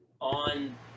on